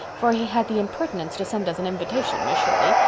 for he had the impertinence to send us an invitation, miss shirley.